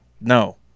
No